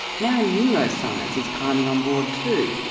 now neuroscience is climbing on board too,